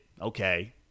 okay